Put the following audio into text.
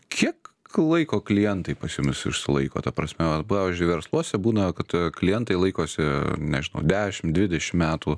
kiek laiko klientai pas jumis išsilaiko ta prasme va pavyzdžiui versluose būna kad klientai laikosi nežinau dešimt dvidešimt metų